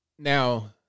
Now